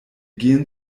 gehen